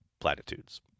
platitudes